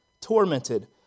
tormented